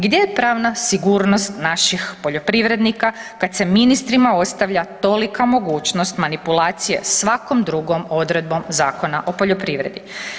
Gdje je pravna sigurnost naših poljoprivrednika kad se ministrima ostavlja tolika mogućnost manipulacije svakom drugom odredbom Zakona o poljoprivredi.